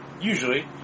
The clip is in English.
Usually